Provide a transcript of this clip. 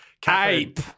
Cape